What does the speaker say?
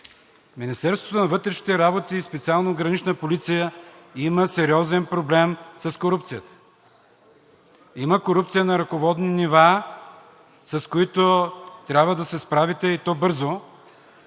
Министерството на вътрешните работи и специално Гранична полиция има сериозен проблем с корупцията. Има корупция на ръководни нива, с които трябва да се справите, и то бързо,